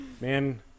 Man